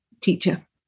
teacher